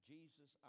Jesus